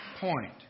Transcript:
point